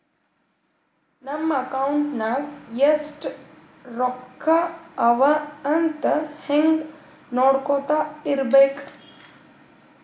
ನಮ್ ಅಕೌಂಟ್ ನಾಗ್ ಎಸ್ಟ್ ರೊಕ್ಕಾ ಅವಾ ಅಂತ್ ಹಂಗೆ ನೊಡ್ಕೊತಾ ಇರ್ಬೇಕ